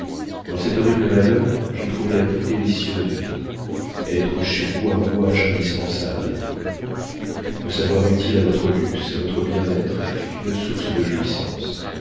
dans cet horrible malheur j'ai trouvé la plus délicieuse vie être chez vous un rouage indispensable me savoir utile à votre luxe à votre bien-être fut une source de jouissances